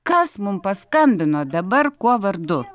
kas mum paskambino dabar kuo vardu